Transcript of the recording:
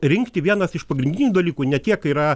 rinkti vienas iš pagrindinių dalykų ne tiek yra